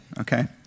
okay